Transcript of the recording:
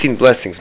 blessings